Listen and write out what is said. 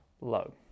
low